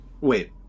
Wait